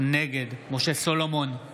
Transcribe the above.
נגד משה סולומון,